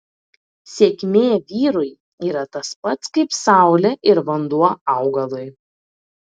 sėkmė vyrui yra tas pats kaip saulė ir vanduo augalui